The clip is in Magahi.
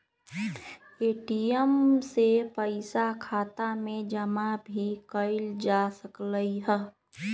ए.टी.एम से पइसा खाता में जमा भी कएल जा सकलई ह